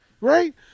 Right